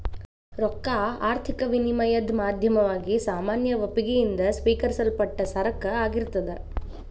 ರೊಕ್ಕಾ ಆರ್ಥಿಕ ವಿನಿಮಯದ್ ಮಾಧ್ಯಮವಾಗಿ ಸಾಮಾನ್ಯ ಒಪ್ಪಿಗಿ ಯಿಂದ ಸ್ವೇಕರಿಸಲ್ಪಟ್ಟ ಸರಕ ಆಗಿರ್ತದ್